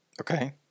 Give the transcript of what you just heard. Okay